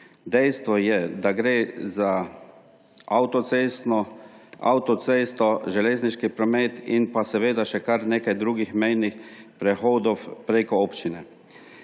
Dejstvo je, da gre za avtocesto, železniški promet in seveda še kar nekaj drugih mejnih prehodov preko občine.